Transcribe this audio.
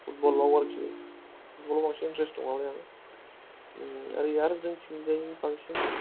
फुटबलाव आरोखि फुटबलाव बांसिन इनटारेस्ट दं नालाय आं ओरै आरो जोंथिंजाय बांसिन